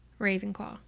Ravenclaw